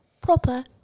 proper